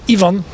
Ivan